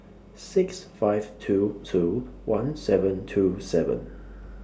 six five two two one seven two seven